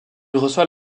reçoit